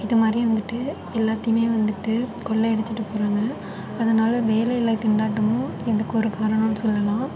இது மாதிரி வந்துட்டு எல்லாத்தையுமே வந்துட்டு கொள்ளை அடித்துட்டு போகிறாங்க அதனால் வேலையில்லாத திண்டாட்டமும் இதுக்கு ஒரு காரணம்னு சொல்லலாம்